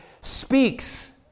speaks